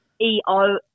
E-O –